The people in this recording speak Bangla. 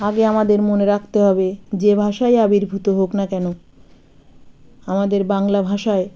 আগে আমাদের মনে রাখতে হবে যে ভাষায় আবির্ভূত হোক না কেনো আমাদের বাংলা ভাষায়